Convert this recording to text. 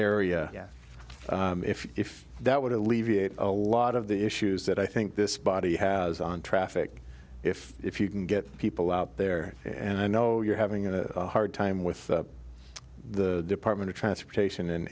area if that would alleviate a lot of the issues that i think this body has on traffic if if you can get people out there and i know you're having a hard time with the department of transportation and